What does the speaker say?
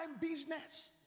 business